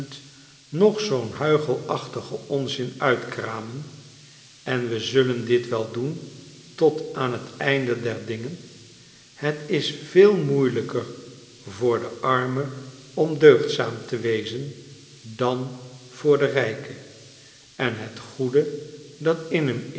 nog zoo'n huichelachtigen onzin uitkramen en we zullen dit wel doen tot aan t einde der dingen het is veel moeielijker voor den arme om deugdzaam te wezen dan voor den rijke en het goede dat in hem